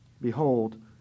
Behold